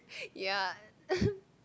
ya